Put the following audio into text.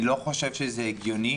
אני לא חושב שזה הגיוני.